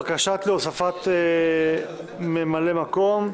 בקשה להוספת ממלאי מקום קבועים.